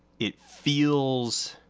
it feels